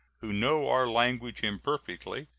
who know our language imperfectly,